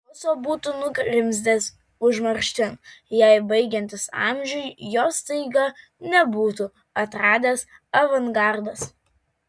ruso būtų nugrimzdęs užmarštin jei baigiantis amžiui jo staiga nebūtų atradęs avangardas